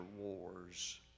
wars